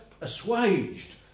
assuaged